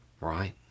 right